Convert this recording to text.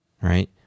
right